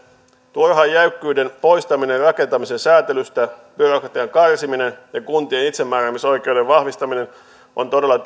turhan jäykkyyden poistaminen rakentamisen säätelystä byrokratian karsiminen ja kun tien itsemääräämisoikeuden vahvistaminen ovat todella